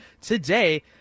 today